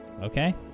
Okay